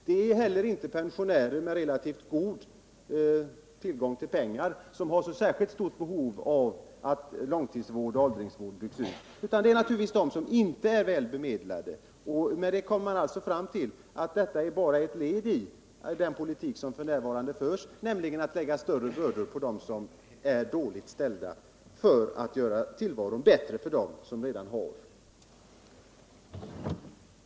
Det är inte heller pensionärer med relativt god tillgång på pengar som har det största behovet av att långtidsvård och åldringsvård byggs ut. Det är naturligtvis de som inte är väl bemedlade. Detta är alltså bara ett led i den politik den borgerliga regeringen för och som innebär att man lägger större bördor på dem som är dåligt ställda för att göra tillvaron bättre för dem som redan har. samrådsgruppen för datafrågor borde kompletteras med representanter för riksdagens samtliga partier och för arbetsmarknadens parter.